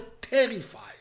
terrified